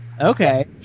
Okay